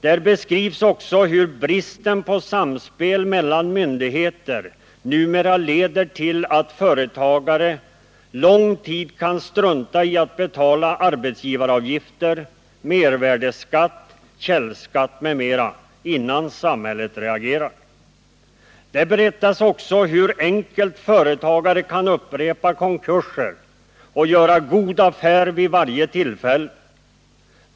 Där beskrivs också hur bristen på samspel mellan myndigheter numera leder till att företagare lång tid kan strunta i att betala arbetsgivaravgifter, mervärdeskatt, källskatt m.m., innan samhället reagerar. Där berättas också hur enkelt företagare kan upprepa konkurser och göra goda affärer vid varje tillfälle.